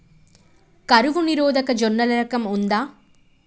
కరువు నిరోధక జొన్నల రకం ఉందా?